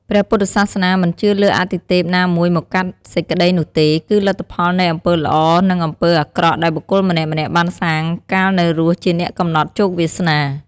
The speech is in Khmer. ព្រះពុទ្ធសាសនាមិនជឿលើអាទិទេពណាមួយមកកាត់សេចក្ដីនោះទេ គឺលទ្ធផលនៃអំពើល្អ និងអំពើអាក្រក់ដែលបុគ្គលម្នាក់ៗបានសាងកាលនៅរស់ជាអ្នកកំណត់ជោគវាសនា។